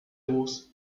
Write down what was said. bus